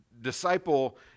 disciple